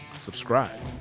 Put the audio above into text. subscribe